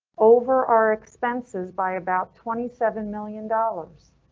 over our expenses by about twenty seven million dollars.